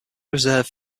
reserve